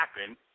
happen